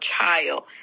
child